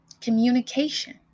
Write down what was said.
communication